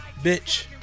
bitch